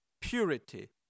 Purity